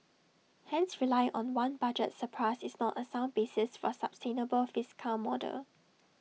hence relying on one budget surplus is not A sound basis for A sustainable fiscal model